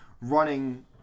running